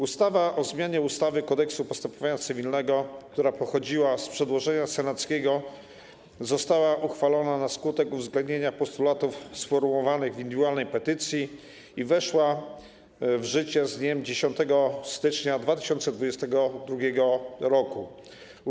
Ustawa o zmianie ustawy - Kodeks postępowania cywilnego, która pochodziła z przedłożenia senackiego, została uchwalona na skutek uwzględnienia postulatów sformułowanych w indywidualnej petycji i weszła w życie 10 stycznia 2022 r.